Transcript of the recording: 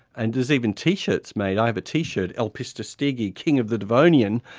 and there's even t-shirts made, i have a t-shirt elpistostege king of the devonian,